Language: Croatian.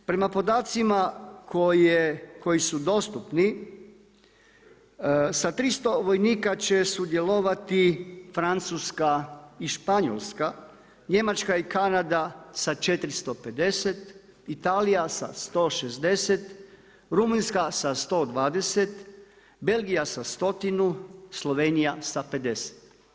Prema podacima koji su dostupni sa 300 vojnika će sudjelovati Francuska i Španjolska, Njemačka i Kanada sa 450, Italija sa 160, Rumunjska sa 120, Belgija sa stotinu, Slovenija sa 50.